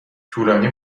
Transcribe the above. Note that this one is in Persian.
طولانی